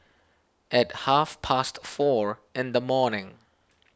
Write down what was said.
at half past four in the morning